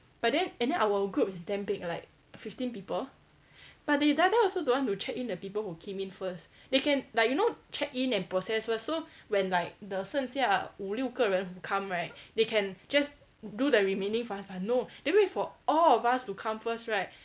but then and then our group is damn big like fifteen people but they die die also don't want to check in the people who came in first they can like you know check in and process first so when like the 剩下五六个人 who come right they can just do the remaining five right but no they wait for all of us to come first right